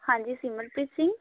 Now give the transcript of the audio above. ਹਾਂਜੀ ਸਿਮਰਪ੍ਰੀਤ ਸਿੰਘ